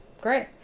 Great